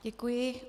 Děkuji.